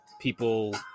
people